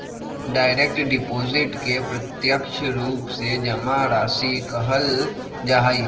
direct deposit के प्रत्यक्ष रूप से जमा राशि कहल जा हई